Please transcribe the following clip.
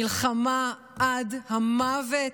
מלחמה עד המוות,